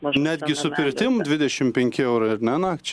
netgi su pirtim dvidešim penki eurai nakčiai